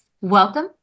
welcome